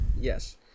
Yes